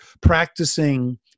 practicing